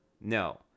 No